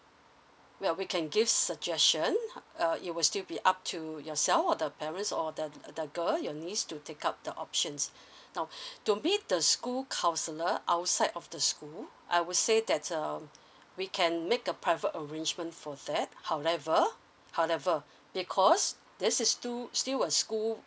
well we can give suggestion uh it will still be up to yourself or the parents or the the girl your niece to take up the options no to meet the school counsellor outside of the school I would say that uh we can make a private arrangement for that however however because this is too still a school